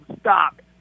stop